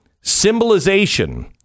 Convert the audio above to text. symbolization